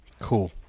Cool